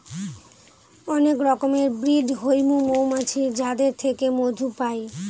অনেক রকমের ব্রিড হৈমু মৌমাছির যাদের থেকে মধু পাই